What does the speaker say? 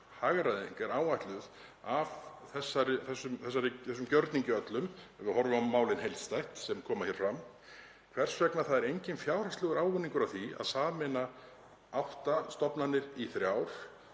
hagræðing er áætluð af þessum gjörningi öllum ef við horfum á málin heildstætt sem koma hér fram, hvers vegna það er enginn fjárhagslegur ávinningur af því að sameina átta stofnanir í þrjár,